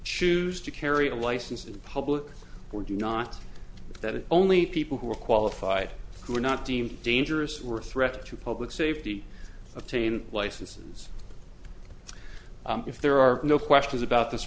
choose to carry a license in public or do not that only people who are qualified who are not deemed dangerous were a threat to public safety obtain licenses if there are no questions about this